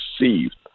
received